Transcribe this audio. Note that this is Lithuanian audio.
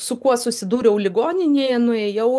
su kuo susidūriau ligoninėje nuėjau